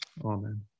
Amen